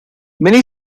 many